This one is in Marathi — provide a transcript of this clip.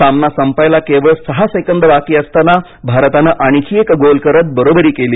सामना संपायला केवळ सहा सेकंद बाकी असताना भारतानं आणखी एक गोल करत बरोबरी केली